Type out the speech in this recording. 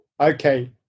okay